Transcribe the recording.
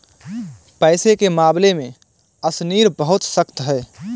पैसे के मामले में अशनीर बहुत सख्त है